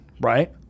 right